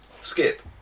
Skip